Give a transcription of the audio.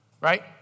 right